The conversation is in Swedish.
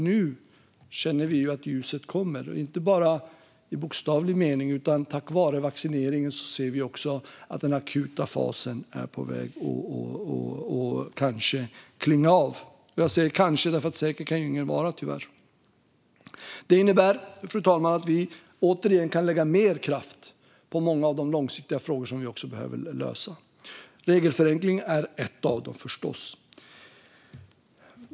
Nu känner vi att ljuset kommer, inte bara i bokstavlig mening - tack vare vaccineringen ser vi att den akuta fasen kanske är på väg att klinga av. Jag säger kanske, för säker kan ingen vara, tyvärr. Detta innebär, fru talman, att vi återigen kan lägga mer kraft på många av de långsiktiga frågor som vi också behöver lösa. Regelförenkling är en av dem, förstås.